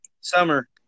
Summer